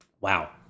Wow